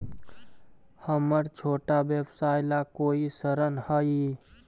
हमर छोटा व्यवसाय ला कोई ऋण हई?